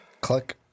Click